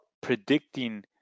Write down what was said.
predicting